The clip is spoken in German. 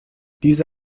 diese